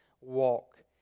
walk